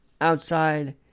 outside